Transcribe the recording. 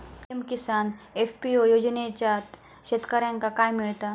PM Kisan FPO योजनाच्यात शेतकऱ्यांका काय मिळता?